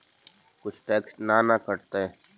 कुछ टैक्स ना न कटतइ?